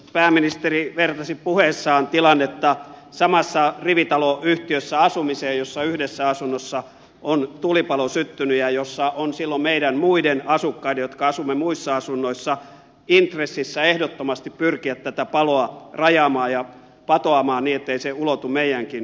pääministeri vertasi puheessaan tilannetta asumiseen samassa rivitaloyhtiössä jossa yhdessä asunnossa on tulipalo syttynyt ja jossa on silloin meidän muiden asukkaiden jotka asumme muissa asunnoissa intressissä ehdottomasti pyrkiä tätä paloa rajaamaan ja patoamaan niin ettei se ulotu meidänkin asuntoihimme